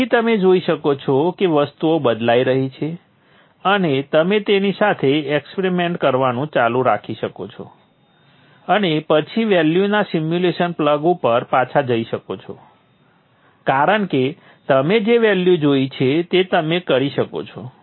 તેથી તમે જોઇ શકો છો કે વસ્તુઓ બદલાઈ રહી છે અને તમે તેની સાથે એક્સપેરિમેન્ટ કરવાનું ચાલુ રાખી શકો છો અને પછી વેલ્યુના સિમ્યુલેશન પ્લગ ઉપર પાછા જઈ શકો છો કારણ કે તમે જે વેલ્યુ જોઈએ છે તે તમે કરી શકો છો